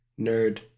nerd